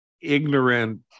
ignorant